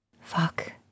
Fuck